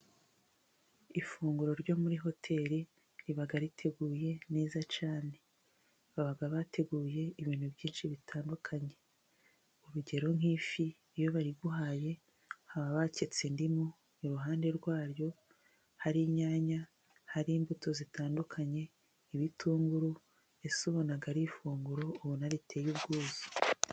Ifunguro ryo muri hoteli riba riteguye neza cyane. Babaga bateguye ibintu byinshi bitandukanye, urugero nk'ifi, iyo bariguhaye haba haketse indimu, iruhande rwaryo hari inyanya, hari imbuto zitandukanye, ibitunguru, nbese ubona ari ifunguro ubona riteye ubwuzu.